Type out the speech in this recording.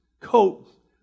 coat